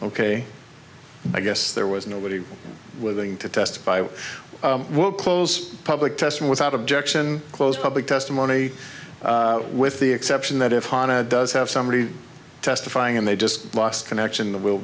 ok i guess there was nobody willing to testify we would close public testing without objection closed public testimony with the exception that if honna does have somebody testifying and they just lost connection the will